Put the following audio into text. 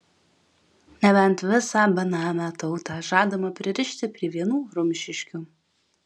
nebent visą benamę tautą žadama pririšti prie vienų rumšiškių